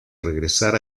regresar